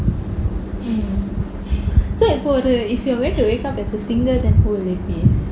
so இப்ப ஒரு:ippa oru if you are going to wake up as a singer who would it be